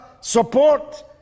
support